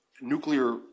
nuclear